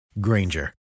Granger